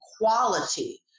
quality